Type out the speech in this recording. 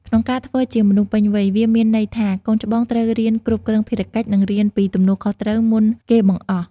ក្នុងការធ្វើជាមនុស្សពេញវ័យ វាមានន័យថាកូនច្បងត្រូវរៀនគ្រប់គ្រងភារកិច្ច និងរៀនពីទំនួលខុសត្រូវមុនគេបង្អស់។